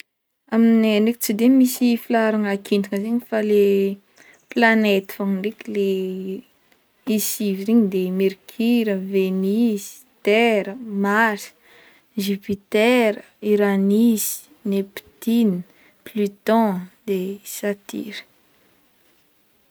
Aminay ndraiky tsy de misy filaharagna kintana zegny fa le planete fogna ndraiky le sivy regny de merkira, venis, tera, mars, jupitera, uranisy, neptina, pluton de satira.